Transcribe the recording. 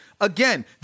again